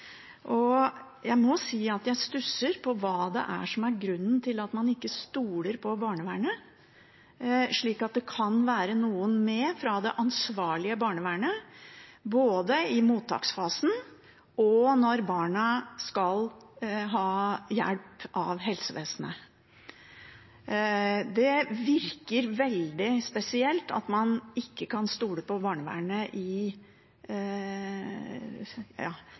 sammen. Jeg må si jeg stusser på hva grunnen er til at man ikke stoler på barnevernet, slik at det kan være noen med fra det ansvarlige barnevernet både i mottaksfasen og når barna skal ha hjelp av helsevesenet. Det virker veldig spesielt at man ikke kan stole på barnevernet i